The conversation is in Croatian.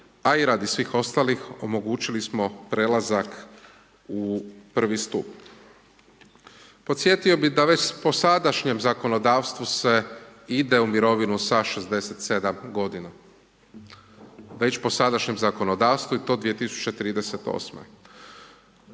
a i radi svih ostalih, omogućili smo prelazak u prvi stup. Podsjetio bi da već po sadašnjem zakonodavstvu se ide u mirovinu sa 67 godina. Već po sadašnjem zakonodavstvu i to 2038.